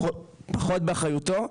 פחות באחריותו,